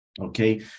Okay